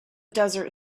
desert